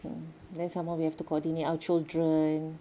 mm then some more we have to coordinate our children